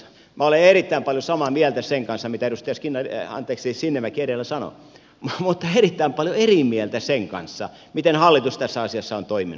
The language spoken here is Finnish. minä olen erittäin paljon samaa mieltä sen kanssa mitä edustaja sinnemäki edellä sanoi mutta erittäin paljon eri mieltä sen kanssa miten hallitus tässä asiassa on toiminut